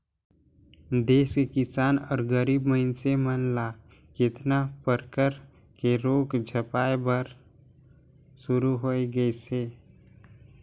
देस के किसान अउ गरीब मइनसे मन ल केतना परकर के रोग झपाए बर शुरू होय गइसे